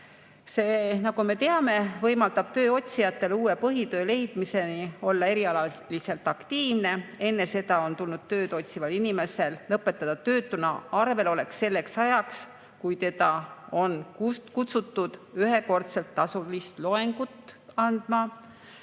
See, nagu me teame, võimaldab tööotsijatel uue põhitöö leidmiseni olla erialaselt aktiivne. Enne seda on tööd otsival inimesel tulnud lõpetada töötuna arvelolek selleks ajaks, kui teda on kutsutud ühekordset tasulist loengut andma,